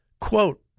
Quote